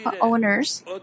owners